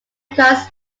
colors